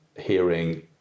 hearing